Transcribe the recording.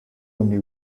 only